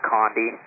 Condi